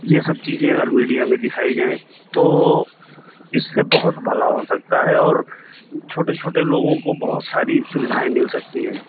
ये सब चीज़ें अगर मीडिया में दिखाई जाएं तो इससे बहुत भला हो सकता है और छोटे छोटे लोगों को बहुत सारी सुविधाएं मिल सकती हैं